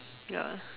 ya